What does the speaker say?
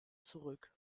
zurück